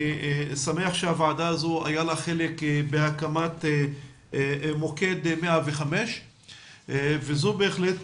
אני שמח שלוועדה הזו היה חלק בהקמת מוקד 105 וזאת בהחלט